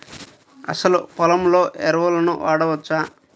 అసలు పొలంలో ఎరువులను వాడవచ్చా?